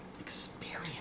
experience